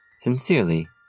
Sincerely